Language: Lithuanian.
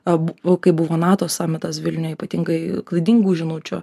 kai buvo nato sąmatas vilniuje ypatingai klaidingų žinučių